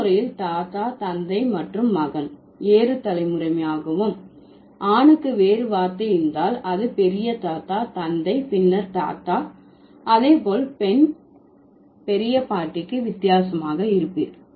தலைமுறையில் தாத்தா தந்தை மற்றும் மகன் ஏறும் தலைமுறையாகவும் ஆணுக்கு வேறு வார்த்தை இருந்தால் அது பெரிய தாத்தா தந்தை பின்னர் தாத்தா அதே போல் பெண் பெரிய பாட்டிக்கு வித்தியாசமாக இருப்பீர்